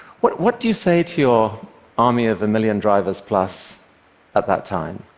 what what do you say to your army of a million drivers plus at that time?